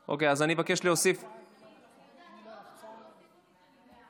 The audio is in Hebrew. אוקיי, אז אני מבקש להוסיף, רק להוסיף אותי בעד.